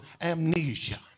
amnesia